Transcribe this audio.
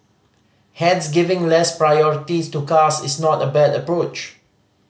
Hence giving less priority to cars is not a bad approach